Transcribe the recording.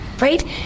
right